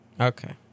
Okay